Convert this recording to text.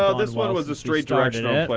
ah this one was a straight directional play.